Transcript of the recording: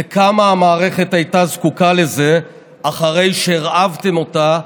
וכמה המערכת הייתה זקוקה לזה אחרי שהרעבתם אותה,